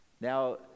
Now